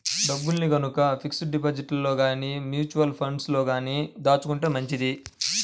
డబ్బుల్ని గనక ఫిక్స్డ్ డిపాజిట్లలో గానీ, మ్యూచువల్ ఫండ్లలో గానీ దాచుకుంటే మంచిది